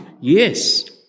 yes